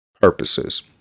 purposes